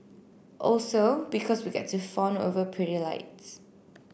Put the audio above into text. also because we get to fawn over pretty lights